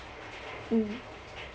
mm